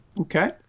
Okay